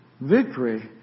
victory